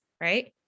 right